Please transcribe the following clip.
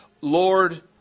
Lord